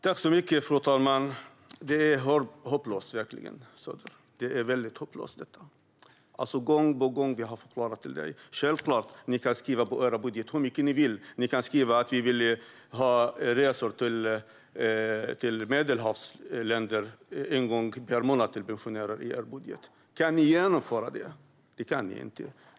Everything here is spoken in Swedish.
Fru talman! Detta är verkligen hopplöst, Söder. Gång på gång har vi förklarat det här för dig. Självklart kan ni skriva hur mycket ni vill i era budgetar. Ni kan skriva att ni vill ha resor till Medelhavsländer en gång per månad för pensionärer. Men kan ni genomföra det? Nej, det kan ni inte.